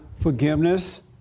forgiveness